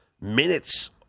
minutes